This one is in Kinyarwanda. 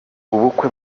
ubukwe